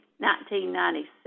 1996